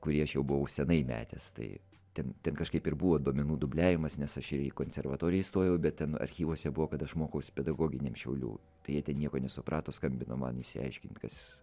kurį aš jau buvau senai metęs tai ten ten kažkaip ir buvo duomenų dubliavimas nes aš ir į konservatoriją įstojau bet ten archyvuose buvo kad aš aš mokaus pedagoginiam šiaulių tai jie ten nieko nesuprato skambino man išsiaiškint kas